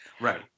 Right